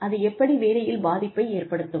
அது எப்படி வேலையில் பாதிப்பை ஏற்படுத்தும்